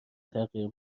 تغییر